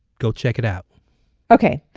go check it out okay.